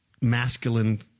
masculine